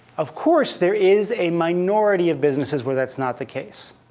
of course there is a minority of businesses where that's not the case.